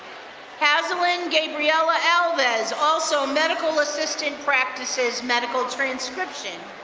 halsyn gabriella elvis, also medical assistant practices, medical transcription.